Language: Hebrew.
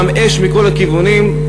אש מכל הכיוונים,